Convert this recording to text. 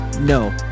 No